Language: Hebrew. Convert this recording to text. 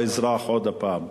האזרח, עוד הפעם.